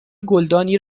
گلدانی